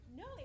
no